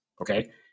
okay